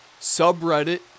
subreddit